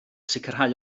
sicrhau